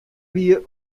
wie